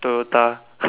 toyota